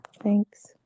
Thanks